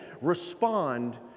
respond